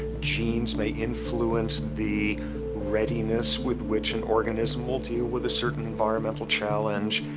genes may influence the readiness with which an organism will deal with a certain environmental challenge.